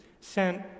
sent